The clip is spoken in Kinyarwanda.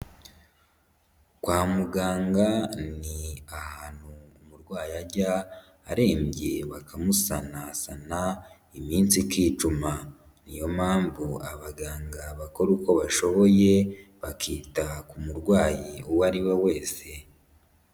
Kwa muganga ni ahantu umurwayi ajya arembye bakamusanasana iminsi ikicuma, ni yo mpamvu abaganga bakora uko bashoboye, bakita ku murwayi uwo ari we wese.